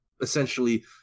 essentially